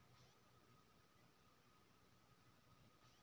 समुद्री माछ सबटा समुद्र मे पकरल जाइ छै